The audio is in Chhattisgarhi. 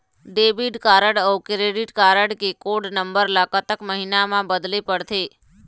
डेबिट कारड अऊ क्रेडिट कारड के कोड नंबर ला कतक महीना मा बदले पड़थे?